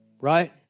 right